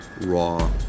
raw